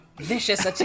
vicious